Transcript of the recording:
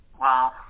Wow